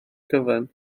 cyfan